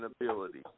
ability